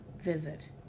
visit